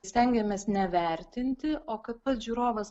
stengiamės nevertinti o kad pats žiūrovas